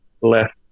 left